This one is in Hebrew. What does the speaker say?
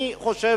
אני חושב,